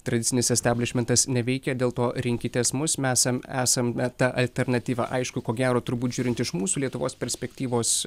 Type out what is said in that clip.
tradicinis establišmentas neveikia dėl to rinkitės mus mesam esam a ta alternatyva aišku ko gero turbūt žiūrint iš mūsų lietuvos perspektyvos